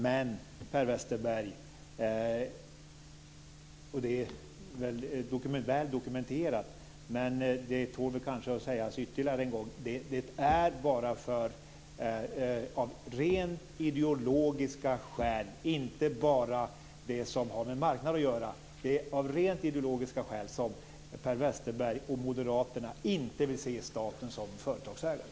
Det är väl dokumenterat men tål kanske att sägas ytterligare en gång att det bara är av rent ideologiska skäl, inte bara det som har med marknaden att göra, som Per Westerberg och Moderaterna inte vill se staten som företagsägare.